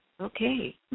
Okay